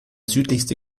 südlichste